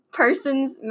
person's